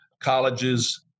colleges